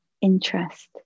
interest